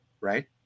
right